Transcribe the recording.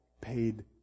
paid